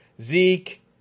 Zeke